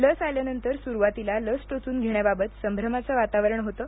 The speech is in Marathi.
लस आल्यानंतर सुरुवातीला लस टोचून घेण्याबाबत संभ्रमाचे वातावरण होतं